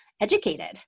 educated